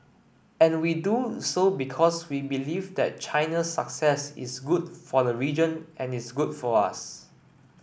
and we do so because we believe that China's success is good for the region and is good for us